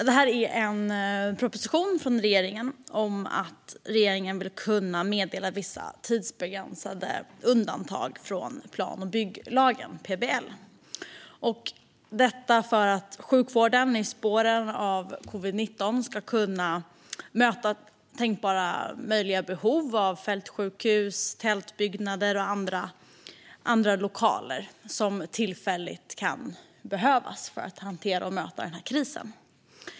Detta är en proposition från regeringen om att regeringen vill kunna meddela föreskrifter om vissa tidsbegränsade undantag från plan och bygglagen, PBL, för att man i spåren av covid-19 ska kunna tillgodose tillfälliga behov av fältsjukhus, tältbyggnader och andra lokaler så att sjukvården kan hantera och möta en sådan kris.